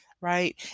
right